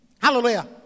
Hallelujah